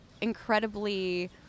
incredibly